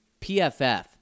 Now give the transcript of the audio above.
PFF